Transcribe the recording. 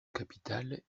capital